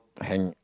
hang